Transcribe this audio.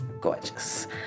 Gorgeous